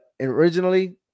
originally